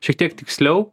šiek tiek tiksliau